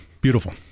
beautiful